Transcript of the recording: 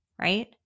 right